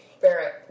Barrett